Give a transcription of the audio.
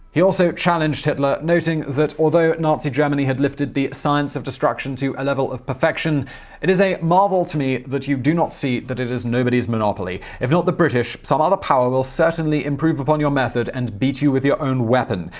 he also challenged hitler, hitler, noting that although nazi germany had lifted the science of destruction to a level of perfection it is a marvel to me that you do not see that it is nobody's monopoly. if not the british, some other power will certainly improve upon your method and beat you with your own weapon.